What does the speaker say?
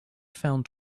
found